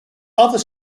other